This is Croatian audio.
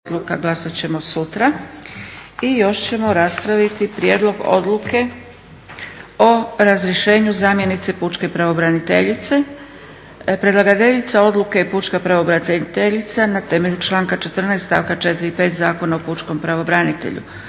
Dragica (SDP)** I još ćemo raspraviti - Prijedlog odluke o razrješenju zamjenice pučke pravobraniteljice Predlagateljica odluke je pučka pravobraniteljica na temelju članka 14. stavka 4. i 5. Zakona o pučkom pravobranitelju.